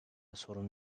sorun